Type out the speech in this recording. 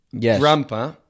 grandpa